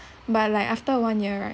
but like after one year right